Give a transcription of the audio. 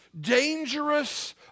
dangerous